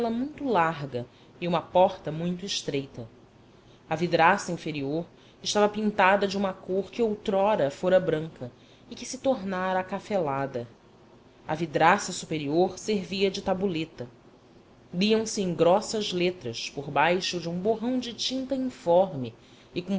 muito larga e uma porta muito estreita a vidraça inferior estava pintada de uma cor que outrora fora branca e que se tornara acafelada a vidraça superior servia de tabuleta liam se em grossas letras por baixo de um borrão de tinta informe e